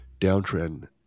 downtrend